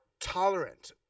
tolerant